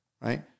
right